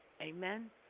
Amen